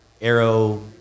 arrow